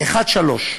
ב-1 3,